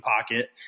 pocket